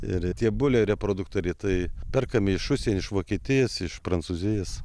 ir tie buliai reproduktoriai tai perkami iš užsienio iš vokietijos iš prancūzijos